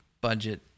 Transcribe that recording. budget